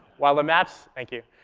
while the maps thank you.